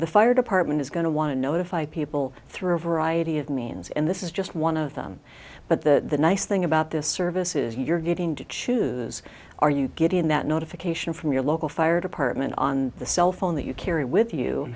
the fire department is going to want to notify people through a variety of means and this is just one of them but the nice thing about this service is you're getting to choose are you getting that notification from your local fire department on the cell phone that you carry with you